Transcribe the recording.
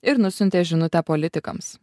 ir nusiuntė žinutę politikams